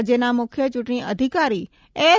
રાજ્યના મુખ્ય ચૂંટણી અધિકારી એસ